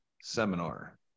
seminar